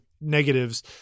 negatives